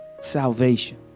salvation